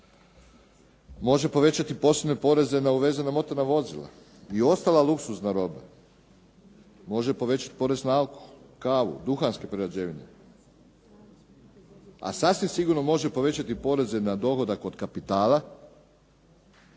Može povećati posebne poreze na uvezena motorna vozila i ostala luksuzna roba, može povećati porez na alkohol, kavu, duhanske prerađevine, a sasvim sigurno može povećati poreze na dohodak od kapitala,